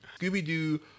Scooby-Doo